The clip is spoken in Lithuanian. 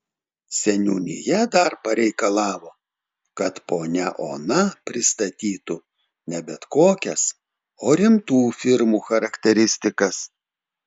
seniūnija dar pareikalavo kad ponia ona pristatytų ne bet kokias o rimtų firmų charakteristikas